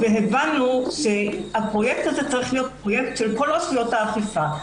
מהר מאוד הבנו שהפרויקט הזה צריך להיות של כל רשויות האכיפה,